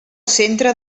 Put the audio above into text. centre